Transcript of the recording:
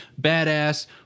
badass